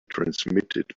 transmitted